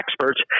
experts